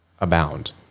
abound